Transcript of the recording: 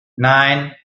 nein